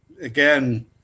again